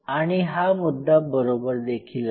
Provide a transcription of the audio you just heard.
आणि हा मुद्दा बरोबर देखील आहे